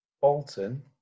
Bolton